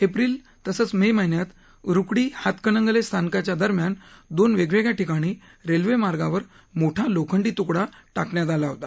April तसंच May महिन्यात रुकडी हातकणंगले स्थानकांच्या दरम्यान दोन वेगवेगळ्या ठिकाणी रेल्वेमार्गावर मोठा लोखंडी तुकडा टाकण्यात आला होता